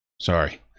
sorry